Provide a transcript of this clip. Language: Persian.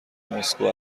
مسکو